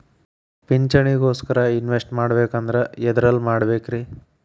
ಪಿಂಚಣಿ ಗೋಸ್ಕರ ಇನ್ವೆಸ್ಟ್ ಮಾಡಬೇಕಂದ್ರ ಎದರಲ್ಲಿ ಮಾಡ್ಬೇಕ್ರಿ?